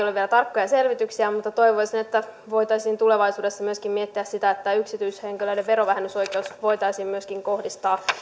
ole vielä tarkkoja selvityksiä kuitenkin toivoisin että voitaisiin tulevaisuudessa miettiä myöskin sitä että tämä yksityishenkilöiden verovähennysoikeus voitaisiin kohdistaa myös